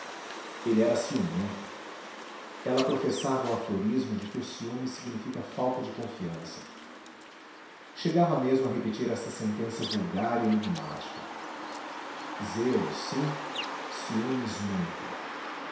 ele era ciumento ela professava o aforismo de que o ciúme significa falta de confiança chegava mesmo a repetir esta sentença vulgar e enigmática zelos sim ciúmes nunca